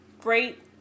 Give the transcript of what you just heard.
great